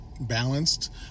balanced